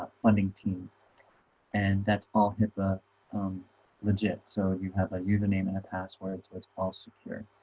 funding team and that's all hipaa legit. so you have a username and a password so it's all secure